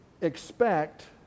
expect